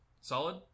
solid